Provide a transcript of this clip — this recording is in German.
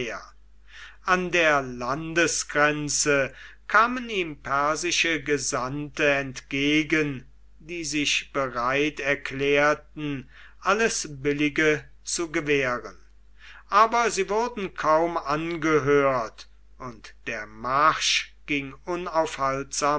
an der landesgrenze kamen ihm persische gesandte entgegen die sich bereit erklärten alles billige zu gewähren aber sie wurden kaum angehört und der marsch ging unaufhaltsam